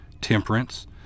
temperance